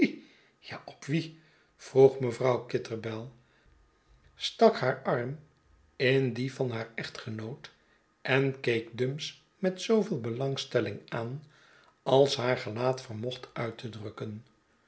ja op wien vroeg mevrouw kitterbell stale haar arm in dien van haar echtgenoot en keek dumps met zooveel belangstelling aan als haar gelaat vermocht uit te drukken